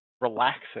relaxing